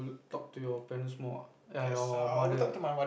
talk to your parents more ah ya your mother